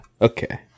Okay